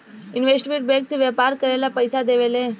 investment bank से व्यापार करेला पइसा देवेले